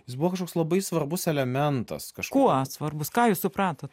jis buvo kažkoks labai svarbus elementas kažkuo kuo svarbus ką jūs supratote